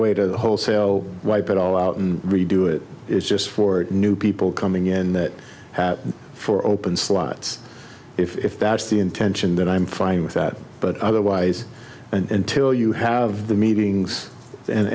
way to the whole so wipe it all out and redo it is just for new people coming in that for open slots if that's the intention then i'm fine with that but otherwise and till you have the meetings and